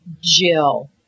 Jill